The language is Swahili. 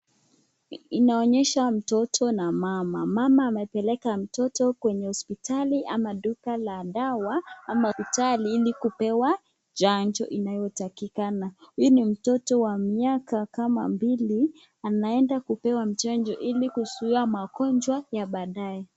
Inaonyesha mtoto na mama, mama amepeleka mtoto kwenye hospitali ama duka la dawa ama utali ili kupewa chanjo inayotakikana. Huyu ni mtoto wa miaka kama mbili. Anaenda kupewa chanjo ili kuzuia magonjwa ya baadae.